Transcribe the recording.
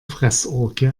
fressorgie